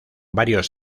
varios